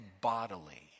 bodily